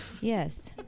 Yes